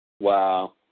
Wow